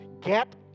get